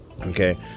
Okay